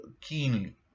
keenly